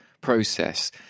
process